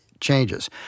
changes